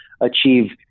achieve